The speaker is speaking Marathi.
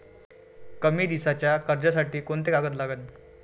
कमी दिसाच्या कर्जासाठी कोंते कागद लागन?